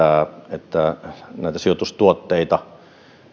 että sijoitustuotteita